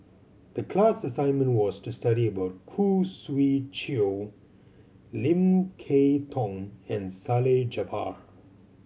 the class assignment was to study about Khoo Swee Chiow Lim Kay Tong and Salleh Japar